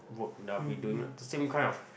work and I'll be doing like the same kind of